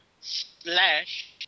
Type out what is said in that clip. slash